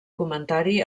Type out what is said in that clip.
comentari